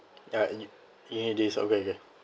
ya you you need this okay okay